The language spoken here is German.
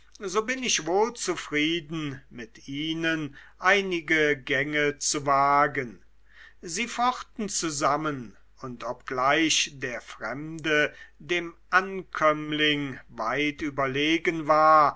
so bin ich wohl zufrieden mit ihnen einige gänge zu wagen sie fochten zusammen und obgleich der fremde dem ankömmling weit überlegen war